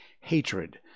hatred